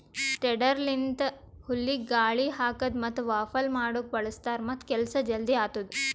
tedder ಲಿಂತ ಹುಲ್ಲಿಗ ಗಾಳಿ ಹಾಕದ್ ಮತ್ತ ವಾಫಲ್ ಮಾಡುಕ್ ಬಳ್ಸತಾರ್ ಮತ್ತ ಕೆಲಸ ಜಲ್ದಿ ಆತ್ತುದ್